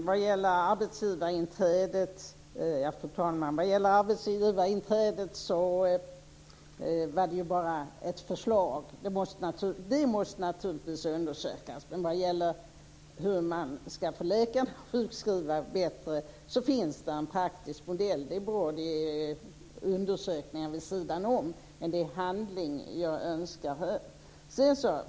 Fru talman! Det jag sade om arbetsgivarinträdet var bara ett förslag. Det måste naturligtvis undersökas. Men vad gäller hur man ska få läkarna att sjukskriva bättre finns det en praktisk modell. Det är bra att det sker undersökningar vid sidan om, men det är handling jag önskar.